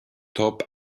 top